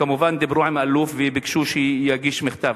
וכמובן דיברו עם האלוף וביקשו שיגיש מכתב.